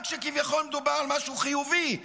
רק כשכביכול מדובר על משהו חיובי,